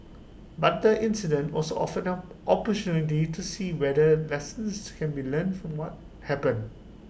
but the incident also offered an opportunity to see whether lessons can be learned from what happened